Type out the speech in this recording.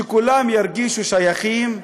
שכולם ירגישו שייכים,